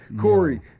Corey